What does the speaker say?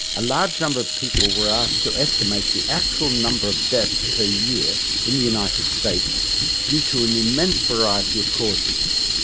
a large number of people were asked to estimate the actual number of deaths per year in the united states due to an immense variety of causes,